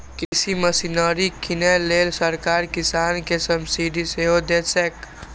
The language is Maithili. कृषि मशीनरी कीनै लेल सरकार किसान कें सब्सिडी सेहो दैत छैक